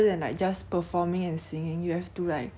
you are like here and then you get this kind of backlash